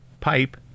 pipe